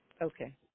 Okay